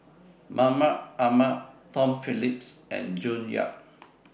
Mahmud Ahmad Tom Phillips and June Yap